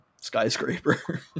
skyscraper